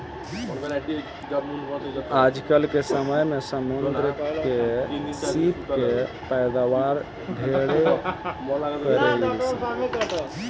आजकल के समय में समुंद्र में सीप के पैदावार ढेरे करेलसन